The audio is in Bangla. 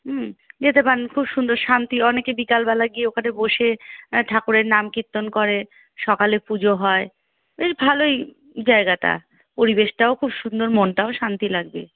হুম যেতে পারেন খুব সুন্দর শান্তি অনেকে বিকালবেলা গিয়ে ওখানে বসে ঠাকুরের নাম কীর্তন করে সকালে পুজো হয় বেশ ভালোই জায়গাটা পরিবেশটাও খুব সুন্দর মনটাও শান্তি লাগবে